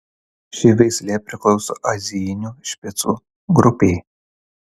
ši veislė priklauso azijinių špicų grupei